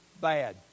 bad